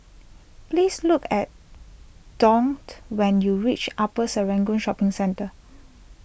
please look at Dougt when you reach Upper Serangoon Shopping Centre